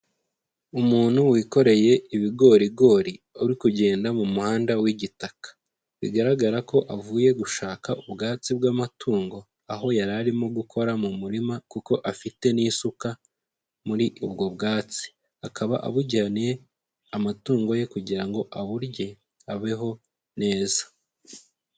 Umuntu wikoreye ibigorigori uri kugenda mu muhanda w'igitaka, bigaragara ko avuye gushaka ubwatsi bw'amatungo aho yari arimo gukora mu murima kuko afite n'isuka muri ubwo bwatsi. Akaba abujyaniye amatungo ye kugira ngo aburye abeho neza.